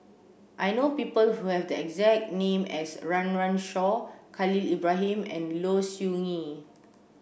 I know people who have the exact name as Run Run Shaw Khalil Ibrahim and Low Siew Nghee